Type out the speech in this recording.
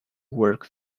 work